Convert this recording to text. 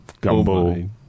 Gumbo